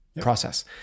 process